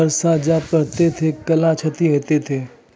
बरसा जा पढ़ते थे कला क्षति हेतै है?